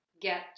get